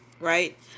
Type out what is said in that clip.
Right